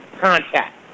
contact